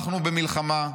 אנחנו במלחמה,